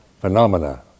phenomena